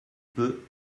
peu